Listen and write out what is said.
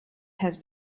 has